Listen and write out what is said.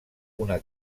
una